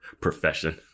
profession